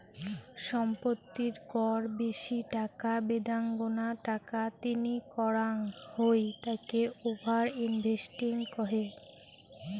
সম্পত্তির কর বেশি টাকা বেদাঙ্গনা টাকা তিনি করাঙ হই তাকে ওভার ইনভেস্টিং কহে